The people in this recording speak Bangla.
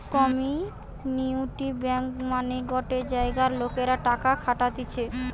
কমিউনিটি ব্যাঙ্ক মানে গটে জায়গার লোকরা টাকা খাটতিছে